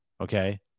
Okay